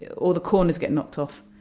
all the corners get knocked off.